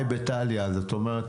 זאת אומרת